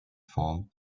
form